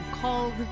called